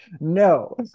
no